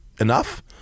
enough